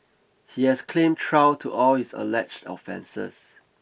he has claimed trial to all his alleged offences